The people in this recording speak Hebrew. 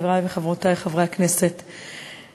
חברי וחברותי חברי הכנסת,